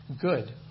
good